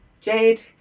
Jade